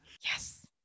Yes